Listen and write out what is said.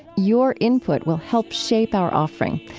your input will help shape our offering.